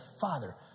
Father